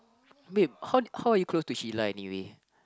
wait how how are you close to Sheila anyway